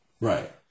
Right